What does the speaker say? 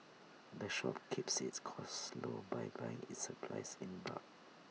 the shop keeps its costs low by buying its supplies in bulk